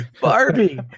Barbie